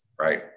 right